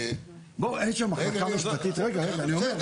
עכשיו השאלה, רגע, תכף אני אסביר.